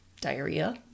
diarrhea